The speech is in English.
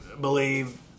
believe